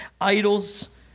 idols